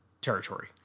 territory